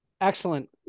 Excellent